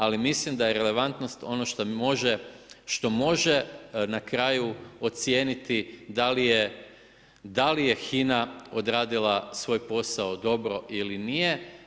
Ali, mislim da je relevantnost ono što može na kraju ocijeniti da li je HINA odradila svoj posao dobro ili nije.